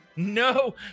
no